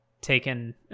taken